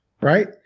Right